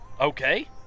Okay